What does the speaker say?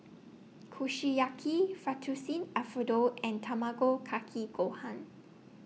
Kushiyaki Fettuccine Alfredo and Tamago Kake Gohan